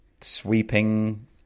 sweeping